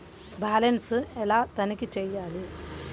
Balance ఎలా తనిఖీ చేయాలి?